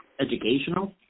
educational